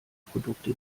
produkte